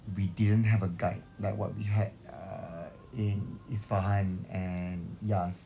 we didn't have a guide like what we had uh in isfahan and yazd